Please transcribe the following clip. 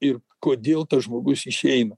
ir kodėl tas žmogus išeina